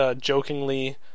jokingly